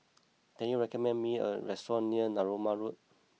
can you recommend me a restaurant near Narooma Road